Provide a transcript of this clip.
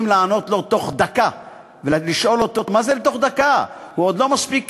אני רוצה